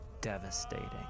devastating